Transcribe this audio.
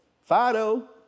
Fido